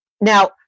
Now